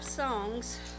songs